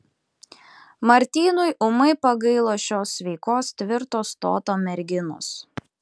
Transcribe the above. martynui ūmai pagailo šios sveikos tvirto stoto merginos